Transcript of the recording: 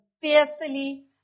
fearfully